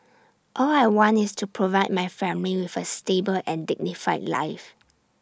all I want is to provide my family with A stable and dignified life